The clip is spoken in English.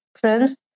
prince